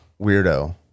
weirdo